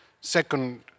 Second